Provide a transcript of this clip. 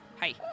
hi